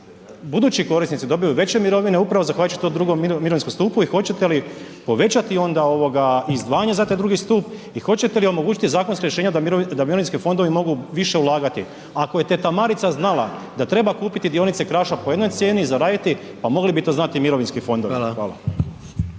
budući korisnici dobiju veće mirovine upravo zahvaljujući tom II. mirovinskom stupu i hoćete li povećati onda izdvajanje za taj II. stup i hoćete li omogućiti zakonska rješenja da mirovinski fondovi mogu više ulagati? Ako je teta Marica znala da treba kupiti dionice Kraša po jednoj cijeni i zaraditi pa mogli bi to znati i mirovinski fondovi. Hvala.